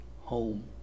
Home